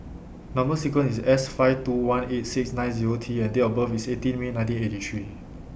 Number sequence IS S five two one eight six nine Zero T and Date of birth IS eighteen May nineteen eighty three